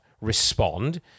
respond